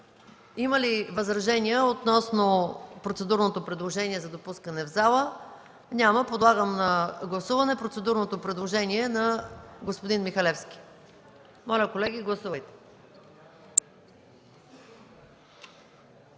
Има ли възражения относно процедурното предложение за допускане в залата? Няма. Подлагам на гласуване процедурното предложение на господин Михалевски. Гласували